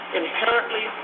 inherently